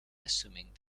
assuming